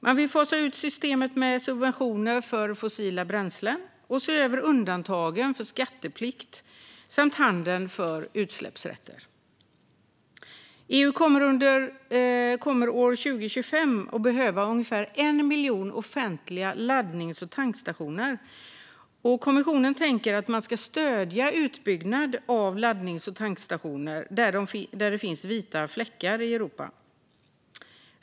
Man vill fasa ut systemet med subventioner för fossila bränslen och se över undantagen från skatteplikt samt handeln med utsläppsrätter. EU kommer år 2025 att behöva omkring 1 miljon offentliga laddnings och tankstationer. Kommissionen tänker att man ska stödja utbyggnad av laddnings och tankstationer där det finns vita fläckar i Europa.